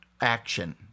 action